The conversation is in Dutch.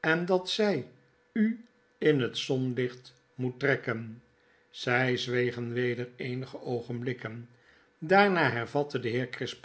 en dat zij u in het zonnelicht moet trekken zy zwegen weder eenige oogenblikken daarna hervatte de heer